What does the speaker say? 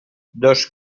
dos